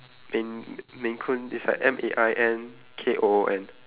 maine maine-coon it's like M A I N K O O N